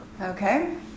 Okay